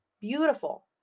Beautiful